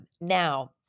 Now